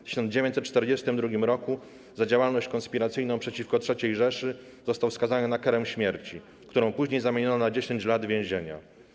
W 1942 roku za działalność konspiracyjną przeciwko Trzeciej Rzeszy został skazany na karę śmierci, którą później zamieniono na 10 lat więzienia.